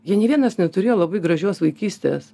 jie nė vienas neturėjo labai gražios vaikystės